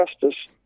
justice